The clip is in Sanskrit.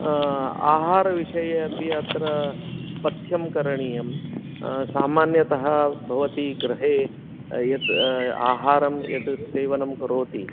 आहारविषये अपि अत्र पथ्यं करणीयं सामान्यतः भवती गृहे यत् आहारं यत् सेवनं करोति